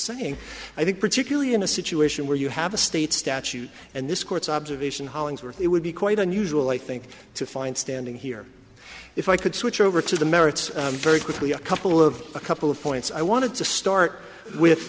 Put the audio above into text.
saying i think particularly in a situation where you have a state statute and this court's observation hollingsworth it would be quite unusual i think to find standing here if i could switch over to the merits very quickly a couple of a couple of points i wanted to start with